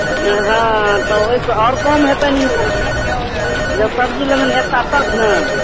हाँ तऽ ओहिसँ आओर कम हेतनि हिनका जब सब्जीलग अएताह तब ने